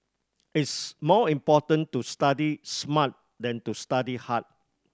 it's more important to study smart than to study hard